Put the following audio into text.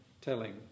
telling